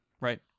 Right